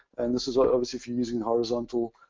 and this is ah obviously if you're using horizontal,